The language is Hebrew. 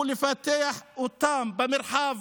ולפתח אותם במרחב,